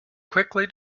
quickly